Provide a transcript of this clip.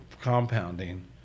compounding